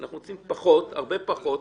אנחנו רוצים פחות, הרבה פחות.